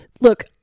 Look